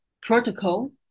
protocol